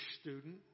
student